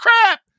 crap